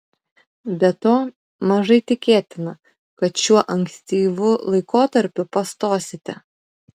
be to mažai tikėtina kad šiuo ankstyvu laikotarpiu pastosite